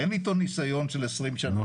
אין איתו ניסיון של 20 שנה.